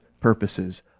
purposes